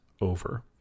over